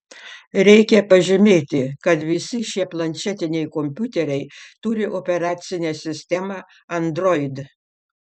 reikia pažymėti kad visi šie planšetiniai kompiuteriai turi operacinę sistemą android